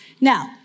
Now